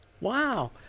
Wow